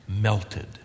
Melted